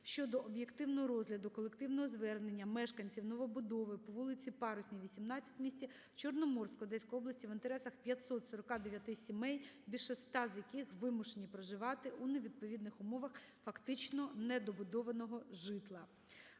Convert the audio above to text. щодо об'єктивного розгляду колективного звернення мешканців новобудови по вулиці Парусній, 18 у місті Чорноморськ Одеської області в інтересах 549 сімей, більше 100 з яких вимушені проживати у невідповідних умовах фактично недобудованого житла.